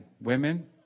women